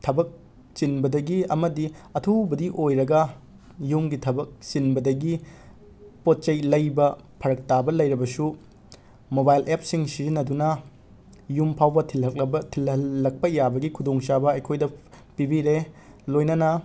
ꯊꯕꯛ ꯆꯤꯟꯕꯗꯒꯤ ꯑꯃꯗꯤ ꯑꯊꯨꯕꯗꯤ ꯑꯣꯏꯔꯒ ꯌꯨꯝꯒꯤ ꯊꯕꯛ ꯆꯤꯟꯕꯗꯒꯤ ꯄꯣꯠ ꯆꯩ ꯂꯩꯕ ꯐꯔꯛ ꯇꯥꯕ ꯂꯩꯔꯕꯁꯨ ꯃꯣꯕꯥꯏꯜ ꯑꯦꯞꯁꯤꯡ ꯁꯤꯖꯤꯟꯅꯗꯨꯅ ꯌꯨꯝ ꯐꯥꯎꯕ ꯊꯤꯜꯂꯛꯂꯕ ꯊꯤꯜꯍꯜꯂꯛꯄ ꯌꯥꯕꯒꯤ ꯈꯨꯗꯣꯡꯆꯥꯕ ꯑꯩꯈꯣꯏꯗ ꯄꯤꯕꯤꯔꯦ ꯂꯣꯏꯅꯅ